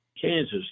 Kansas